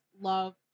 love